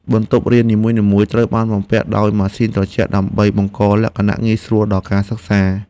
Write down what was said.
បន្ទប់រៀននីមួយៗត្រូវបានបំពាក់ដោយម៉ាស៊ីនត្រជាក់ដើម្បីបង្កលក្ខណៈងាយស្រួលដល់ការសិក្សា។